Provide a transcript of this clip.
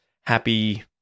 happy